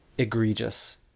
egregious